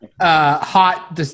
hot